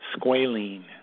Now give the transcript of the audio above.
squalene